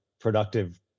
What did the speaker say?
productive